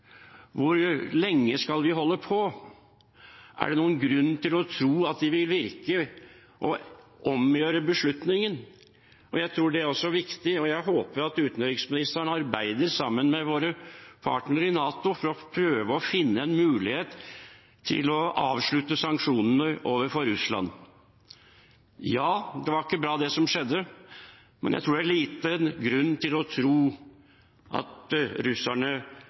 Hvor lenge skal vi holde på? Er det noen grunn til å tro at det vil virke å omgjøre beslutningen? Jeg tror det også er viktig, og jeg håper at utenriksministeren arbeider sammen med våre partnere i NATO for å prøve å finne en mulighet til å avslutte sanksjonene overfor Russland. Ja, det var ikke bra, det som skjedde, men jeg tror det er liten grunn til å tro at russerne